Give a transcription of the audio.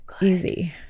Easy